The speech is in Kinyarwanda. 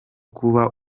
kuba